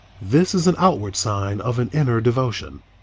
this is an outward sign of an inner devotion.